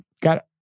got